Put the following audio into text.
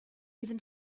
even